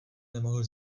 nemohl